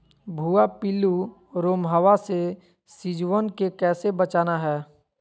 भुवा पिल्लु, रोमहवा से सिजुवन के कैसे बचाना है?